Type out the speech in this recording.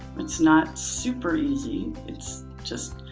it's not super easy. it's just,